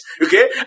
okay